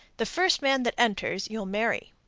the first man that enters you'll marry.